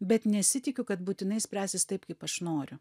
bet nesitikiu kad būtinai spręsis taip kaip aš noriu